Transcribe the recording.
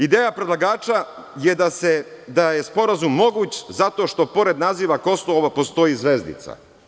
Ideja predlagača je da je Sporazum moguć zato što pored naziva Kosovo postoji zvezdica.